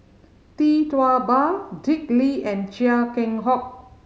Tee Tua Ba Dick Lee and Chia Keng Hock